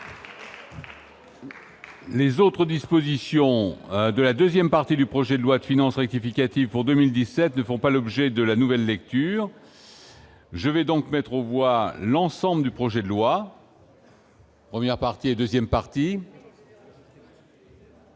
Les autres dispositions de la 2ème partie du projet de loi de finances rectificative pour 2017 ne font pas l'objet de la nouvelle lecture. Je vais donc mettre aux voix l'ensemble du projet de loi. Appartient et 2ème partie.